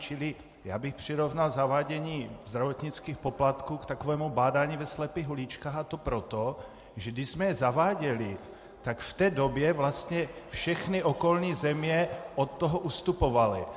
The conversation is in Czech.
Čili já bych přirovnal zavádění zdravotnických poplatků k takovému bádání ve slepých uličkách, a to proto, že když jsme je zaváděli, tak v té době vlastně všechny okolní země od toho ustupovaly.